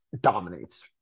dominates